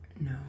No